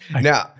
Now